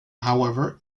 however